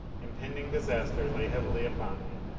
impending disaster lay heavily upon me.